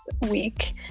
week